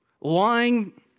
Lying